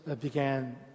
began